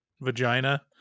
vagina